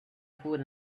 food